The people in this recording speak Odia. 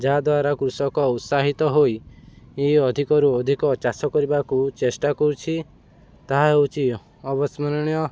ଯାହାଦ୍ୱାରା କୃଷକ ଉତ୍ସାହିତ ହୋଇ ଏ ଅଧିକରୁ ଅଧିକ ଚାଷ କରିବାକୁ ଚେଷ୍ଟା କରୁଛି ତାହା ହେଉଛି ଅବସ୍ମରଣୀୟ